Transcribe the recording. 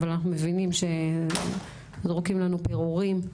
אבל אנחנו מבינים שזורקים לנו פירורים,